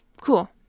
Cool